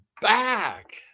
back